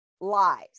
lies